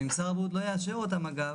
ואם שר הבריאות לא יאשר אותן, אגב,